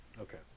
Okay